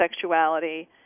sexuality